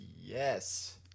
Yes